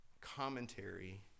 commentary